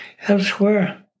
elsewhere